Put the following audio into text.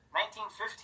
1915